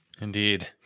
Indeed